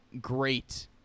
great